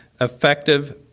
effective